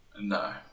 No